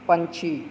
ਪੰਛੀ